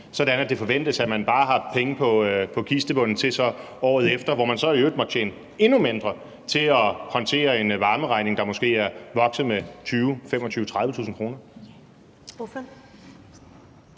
sådan at det forventes, at man bare har penge på kistebunden til året efter, hvor man så i øvrigt måtte tjene endnu mindre, til at håndtere en varmeregning, der måske er vokset med 20.000, 25.000, 30.000 kr.?